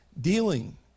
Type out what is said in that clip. dealing